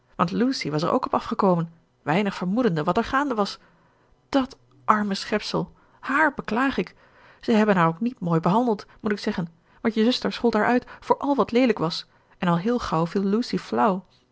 want lucy was er ook op afgekomen weinig vermoedende wat er gaande was dat arme schepsel hààr beklaag ik ze hebben haar ook niet mooi behandeld moet ik zeggen want je zuster schold haar uit voor al wat leelijk was en al heel gauw viel lucy flauw